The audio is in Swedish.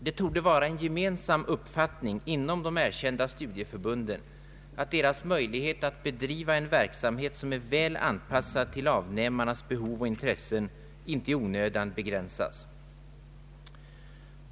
Det torde vara en gemensam uppfattning inom de erkända studieförbunden att deras möjlighet att bedriva en verksamhet, väl anpassad till avnämarnas behov och intressen, inte i onödan får begränsas.